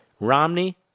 Romney